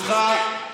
כאן,